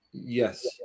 Yes